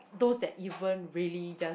those that even really just